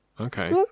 Okay